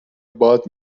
باد